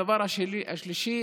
הדבר השלישי,